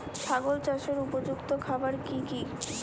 ছাগল চাষের উপযুক্ত খাবার কি কি?